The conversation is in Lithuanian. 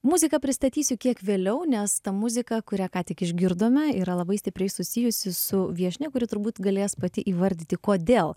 muziką pristatysiu kiek vėliau nes ta muzika kurią ką tik išgirdome yra labai stipriai susijusi su viešnia kuri turbūt galės pati įvardyti kodėl